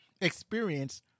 experience